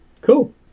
Cool